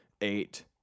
eight